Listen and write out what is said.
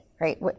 right